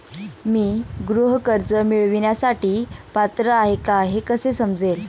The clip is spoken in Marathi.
मी गृह कर्ज मिळवण्यासाठी पात्र आहे का हे कसे समजेल?